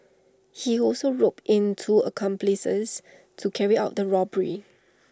he also roped in two accomplices to carry out the robbery